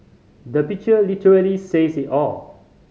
the picture literally says it all